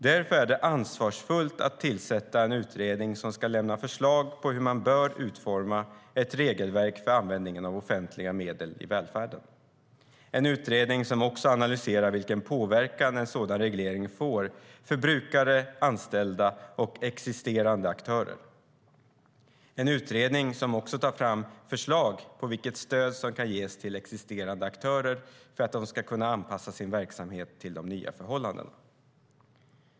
Därför är det ansvarsfullt att tillsätta en utredning som ska lämna förslag på hur man bör utforma ett regelverk för användningen av offentliga medel i välfärden. Utredningen ska också analysera vilken påverkan en sådan reglering får för brukare, anställda och existerande aktörer. Den ska också ta fram förslag på vilket stöd som kan ges till existerande aktörer för att de ska kunna anpassa sin verksamhet till de nya förhållandena.